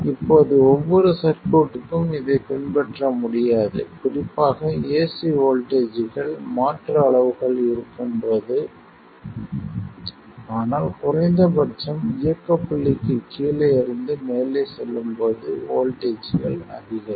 இப்போது ஒவ்வொரு சர்க்யூட்க்கும் இதைப் பின்பற்ற முடியாது குறிப்பாக ஏசி வோல்டேஜ்கள் மாற்று அளவுகள் இருக்கும் போது ஆனால் குறைந்த பட்சம் இயக்கப் புள்ளிக்கு கீழே இருந்து மேலே செல்லும்போது வோல்ட்டேஜ்கள் அதிகரிக்கும்